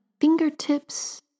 fingertips